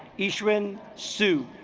ashwin sue